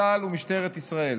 צה"ל ומשטרת ישראל.